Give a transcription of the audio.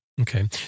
Okay